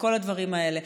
וכל הדברים האלה.